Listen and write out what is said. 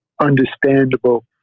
understandable